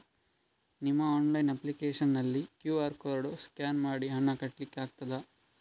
ನಿಮ್ಮ online application ನಲ್ಲಿ QR code scan ಮಾಡಿ ಹಣ ಕಟ್ಲಿಕೆ ಆಗ್ತದ?